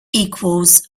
equals